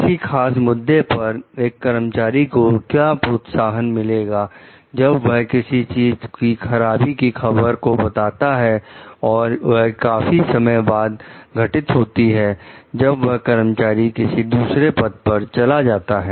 किसी खास मुद्दे पर एक कर्मचारी को क्या प्रोत्साहन मिलेगा जब वह किसी चीज की खराब खबर को बताता है और वह काफी समय बाद घटित होती है जब वह कर्मचारी किसी दूसरे पद पर चला जाता है